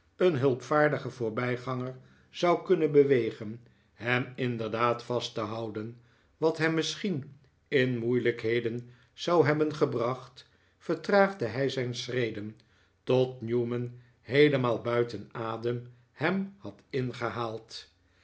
een hulpvaardigen voorbij ganger zou kunnen bewegen hem inderdaad vast te houden wat hem misschien in moeilijkheden zou hebben gebracht vertraagde hij zijn schreden tot newman heelemaal buiten adem hem had ingehaald